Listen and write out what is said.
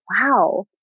wow